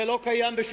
זה קיים כבר.